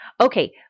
Okay